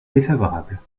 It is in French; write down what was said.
défavorable